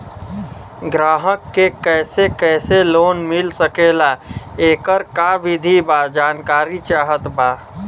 ग्राहक के कैसे कैसे लोन मिल सकेला येकर का विधि बा जानकारी चाहत बा?